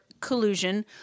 collusion